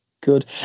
good